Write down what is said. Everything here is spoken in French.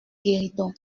guéridon